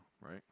Right